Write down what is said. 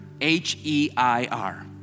H-E-I-R